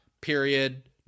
period